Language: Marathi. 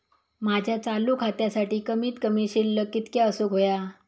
माझ्या चालू खात्यासाठी कमित कमी शिल्लक कितक्या असूक होया?